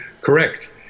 correct